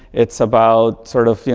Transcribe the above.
it's about sort of, you